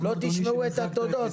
לא תשמעו את התודות.